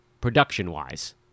production-wise